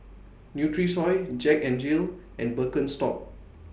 Nutrisoy Jack N Jill and Birkenstock